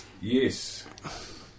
yes